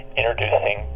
introducing